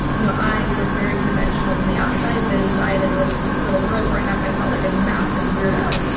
you know i look very conventional from the outside, but inside, as a little girl growing up, i felt like a massive weirdo,